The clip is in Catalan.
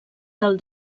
del